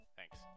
Thanks